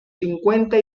cincuenta